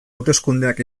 hauteskundeak